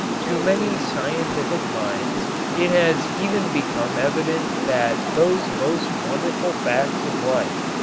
to many scientific minds it has even become evident that those most wonderful facts of life,